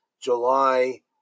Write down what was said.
July